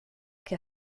que